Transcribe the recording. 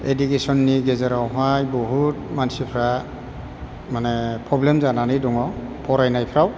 एडुकेशननि गेजेरावहाय बहुद मानसिफ्रा माने प्रब्लेम जानानै दङ फरायनायफ्राव